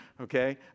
okay